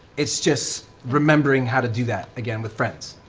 it's just remembering how to do that again with friends.